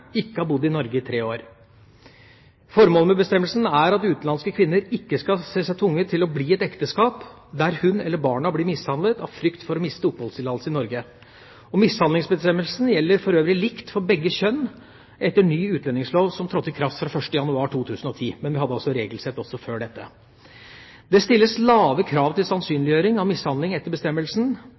ikke har bodd i Norge i tre år. Formålet med bestemmelsen er at utenlandske kvinner ikke skal se seg tvunget til å bli i et ekteskap der hun eller barna blir mishandlet, av frykt for å miste oppholdstillatelsen i Norge. Mishandlingsbestemmelsen gjelder for øvrig likt for begge kjønn etter ny utlendingslov som trådte i kraft 1. januar 2010. Men vi hadde altså regelsett også før dette. Det stilles lave krav til sannsynliggjøring av mishandling etter bestemmelsen: